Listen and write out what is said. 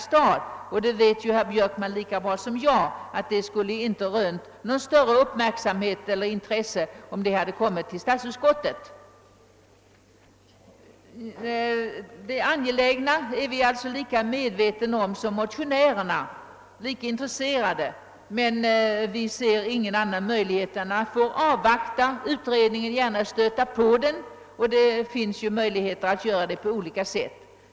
Herr Björkman vet lika bra som jag att detta inte skulle ha rönt någon större uppmärksamhet eller något större intresse, om en motion därom kommit till statsutskottet. I likhet med motionärerna är vi alltså både medvetna om och intresserade av det angelägna i frågan. Vi ser ingen annan möjlighet än att avvakta utredningen och därvidlag även gärna stötå på den. Det finns möjligheter att:göra detta på olika sätt.